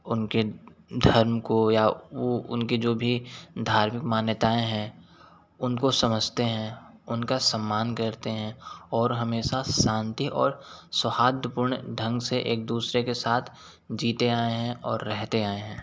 उनके धर्म को या वह उनके जो भी धार्मिक मान्यताऍं हैं उनको समझते हैं उनका सम्मान करते हैं और हमेशा शांति और सौहार्दपूर्ण ढंग से एक दूसरे के साथ जिते आए हैं और रहते आए हैं